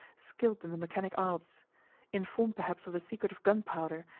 skilled in the mechanic arts informed perhaps of the secret of gunpowder,